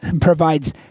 provides